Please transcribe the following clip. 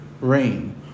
rain